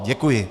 Děkuji.